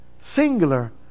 singular